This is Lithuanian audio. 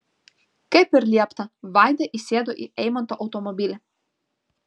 kaip ir liepta vaida įsėdo į eimanto automobilį